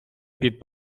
під